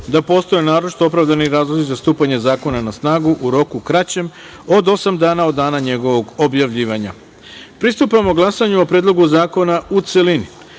da postoje naročito opravdani razlozi za stupanje zakona na snagu u roku kraćem od osam dana od dana njegovog objavljivanja. Pristupamo glasanju o Predlogu zakona u